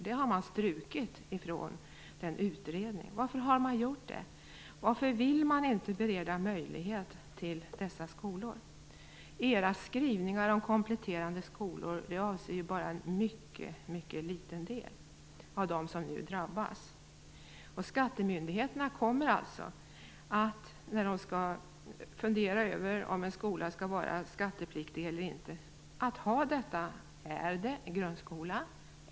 Det har man strukit. Varför har man gjort det? Varför vill man inte bereda möjligheter för dessa skolor? Skrivningarna om kompletterande skolor avser bara en mycket liten del av dem som nu drabbas. När skattemyndigheterna skall fundera över om en skola är skattepliktig eller inte kommer de att fråga sig: Är detta en grundskola?